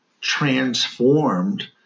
transformed